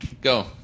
Go